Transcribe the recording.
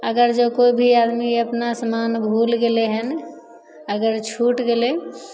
अगर जँ कोइ भी आदमी अपना सामान भुलि गेलय हन अगर छूटि गेलय